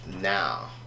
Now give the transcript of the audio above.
now